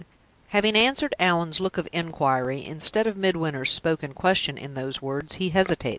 having answered allan's look of inquiry, instead of midwinter's spoken question, in those words, he hesitated,